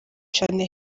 cane